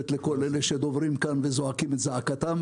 לכל אלה שדוברים כאן וזועקים את זעקתם,